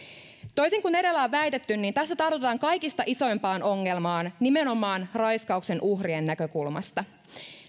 toisin kuin edellä on väitetty niin tässä tartutaan kaikista isoimpaan ongelmaan nimenomaan raiskauksen uhrien näkökulmasta